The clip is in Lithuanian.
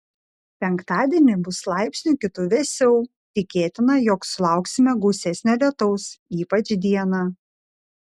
penktadienį bus laipsniu kitu vėsiau tikėtina jog sulauksime gausesnio lietaus ypač dieną